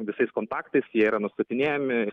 visais kontaktais jie yra nustatinėjami